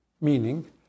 Meaning